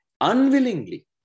unwillingly